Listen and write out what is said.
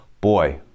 Boy